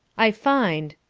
i find,